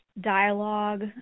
dialogue